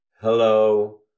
Hello